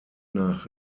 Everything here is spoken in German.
nach